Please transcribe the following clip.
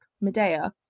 Medea